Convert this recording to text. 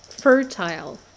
fertile